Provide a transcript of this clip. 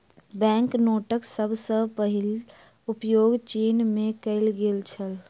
bank नोटक सभ सॅ पहिल उपयोग चीन में कएल गेल छल